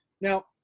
Now